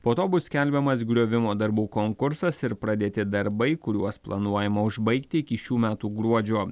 po to bus skelbiamas griovimo darbų konkursas ir pradėti darbai kuriuos planuojama užbaigti iki šių metų gruodžio